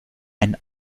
ein